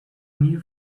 new